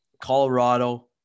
Colorado